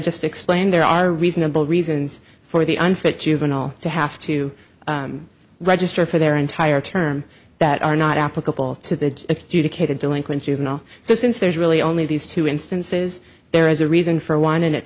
just explained there are reasonable reasons for the unfit juvenile to have to register for their entire term that are not applicable to the adjudicated delinquent juvenile so since there's really only these two instances there is a reason for one and it